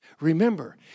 Remember